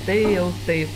tai jau taip